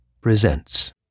Presents